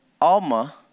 Alma